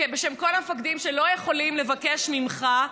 ובשם כל המפקדים, שלא יכולים לבקש ממך,